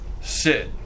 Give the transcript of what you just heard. sit